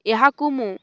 ଏହାକୁ ମୁଁ